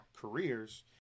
careers